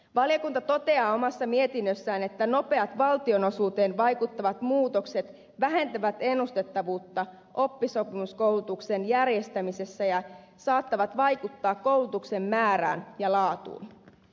valiokunta toteaa omassa mietinnössään että nopeat valtionosuuteen vaikuttavat muutokset vähentävät ennustettavuutta oppisopimuskoulutuksen järjestämisessä ja saattavat vaikuttaa koulutuksen määrään ja laatuun